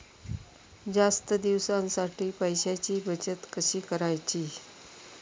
जास्त दिवसांसाठी पैशांची बचत कशी करायची?